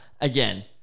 again